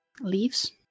leaves